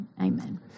Amen